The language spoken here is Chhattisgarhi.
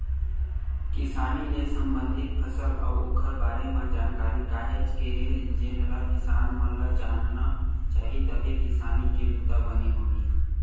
किसानी ले संबंधित फसल अउ ओखर बारे म जानकारी काहेच के हे जेनला किसान मन ल जानना चाही तभे किसानी के बूता बने होही